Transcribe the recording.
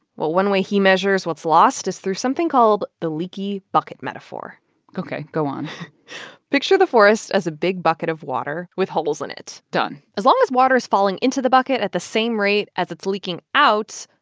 well, one way he measures what's lost is through something called the leaky bucket metaphor ok. go on picture the forest as a big bucket of water with holes in it done as long as water is falling into the bucket at the same rate as it's leaking out,